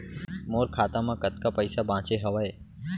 मोर खाता मा कतका पइसा बांचे हवय?